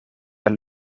wel